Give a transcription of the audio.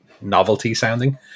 novelty-sounding